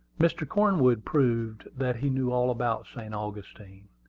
mr. cornwood proved that he knew all about st. augustine.